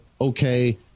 okay